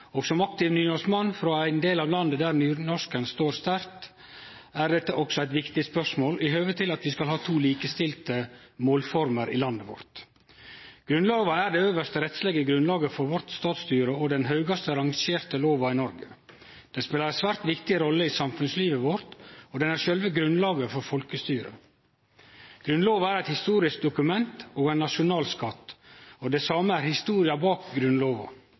og som aktiv nynorskmann frå ein del av landet der nynorsken står sterkt, er dette også eit viktig spørsmål i høve til at vi skal ha to likestilte målformer i landet vårt. Grunnlova er det øvste rettslege grunnlaget for vårt statsstyre og den høgste rangerte lova i Noreg. Ho spelar ei svært viktig rolle i samfunnslivet vårt, og ho er sjølve grunnlaget for folkestyret. Grunnlova er eit historisk dokument og ein nasjonalskatt, og det same er historia bak Grunnlova.